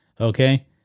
Okay